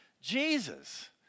Jesus